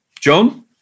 John